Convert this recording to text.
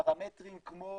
פרמטרים כמו